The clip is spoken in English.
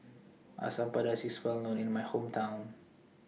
Asam Pedas IS Well known in My Hometown